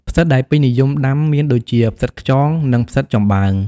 ផ្សិតដែលពេញនិយមដាំមានដូចជា ផ្សិតខ្យង និង ផ្សិតចំបើង។